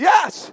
Yes